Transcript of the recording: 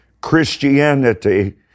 christianity